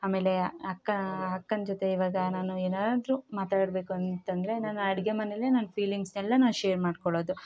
ಆಮೇಲೆ ಅಕ್ಕ ಅಕ್ಕನ ಜೊತೆ ಇವಾಗ ನಾನು ಏನಾದರು ಮಾತಾಡಬೇಕು ಅಂತಂದರೆ ನಾನು ಅಡುಗೆ ಮನೇಲೆ ನನ್ನ ಫೀಲಿಂಗ್ಸನ್ನೆಲ್ಲ ನಾ ಶೇರ್ ಮಾಡಿಕೊಳೋದು